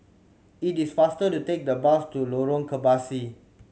it is faster to take the bus to Lorong Kebasi